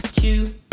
two